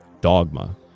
dogma